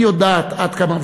היא יודעת עד כמה,